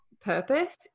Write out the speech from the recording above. purpose